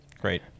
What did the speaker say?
Great